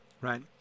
right